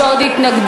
יש עוד התנגדות.